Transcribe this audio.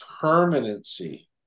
permanency